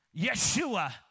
Yeshua